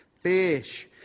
Fish